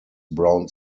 brown